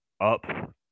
up